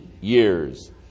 years